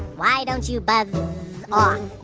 why don't you buzz um